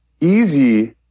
easy